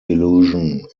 illusion